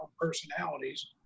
personalities